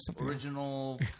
Original